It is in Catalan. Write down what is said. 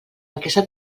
aquesta